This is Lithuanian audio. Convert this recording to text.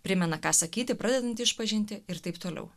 primena ką sakyti pradedant išpažintį ir taip toliau